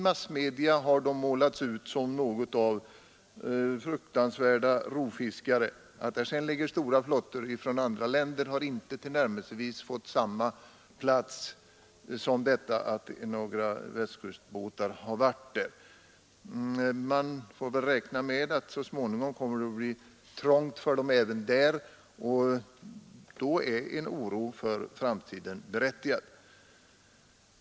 Massmedia har utmålat dem som fruktansvärda rovfiskare. Att det sedan ligger stora flottor från andra länder har inte tillnärmelsevis fått samma plats som att några Västkustbåtar har varit där. Man får väl så småningom räkna med att det kommer att bli trångt för dem även där. Då är en oro för framtiden berättigad.